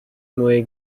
muy